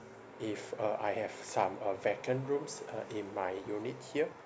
if uh I have some uh vacant rooms uh in my unit here